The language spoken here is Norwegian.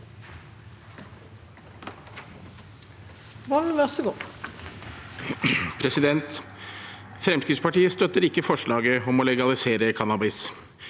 Fremskrittspartiet støtter ikke forslaget om å legalisere cannabis.